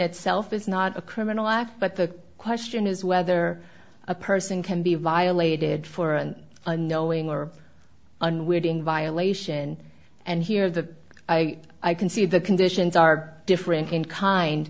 itself is not a criminal act but the question is whether a person can be violated for an unknowing or unwitting violation and here the i i can see the conditions are different can kind